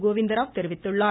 கோவிந்தராவ் தெரிவித்துள்ளார்